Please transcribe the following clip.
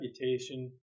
reputation